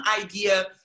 idea